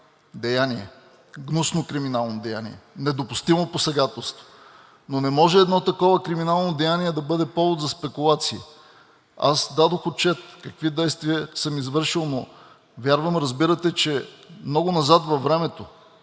деяние, гнусно криминално деяние, недопустимо посегателство, но не може едно такова криминално деяние да бъде повод за спекулации. Аз дадох отчет какви действия съм извършил, но вярвам разбирате, че много назад във времето